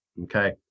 okay